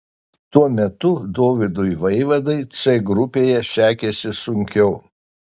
tuo metu dovydui vaivadai c grupėje sekėsi sunkiau